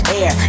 air